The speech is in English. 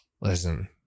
Listen